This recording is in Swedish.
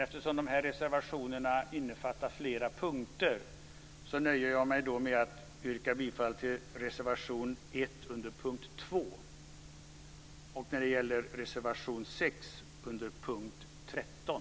Eftersom de reservationerna innefattar flera punkter nöjer jag mig med att yrka bifall till reservation 1 under punkt 2 och reservation 6 under punkt 13.